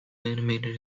animated